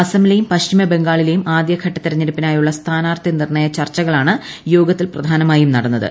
അസമിലെയും പശ്ചിമബംഗാളിലെയും ആദ്യഘട്ട തെരഞ്ഞെടുപ്പിനായുള്ള സ്ഥാനാർത്ഥി നിർണ്ണയചർച്ചകളാണ് യോഗത്തിൽ പ്രധാനമായും നടന്നത്